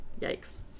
Yikes